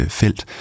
felt